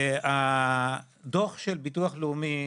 הביטוח הלאומי,